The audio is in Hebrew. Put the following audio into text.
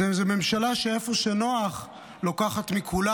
זו ממשלה שאיפה שנוח לוקחת מכולם